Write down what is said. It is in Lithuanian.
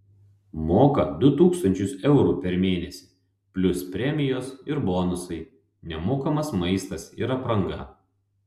moka du tūkstančius eurų per mėnesį plius premijos ir bonusai nemokamas maistas ir apranga